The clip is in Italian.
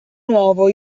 nuovo